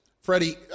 Freddie